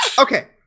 Okay